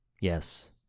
Yes